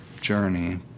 journey